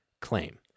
claim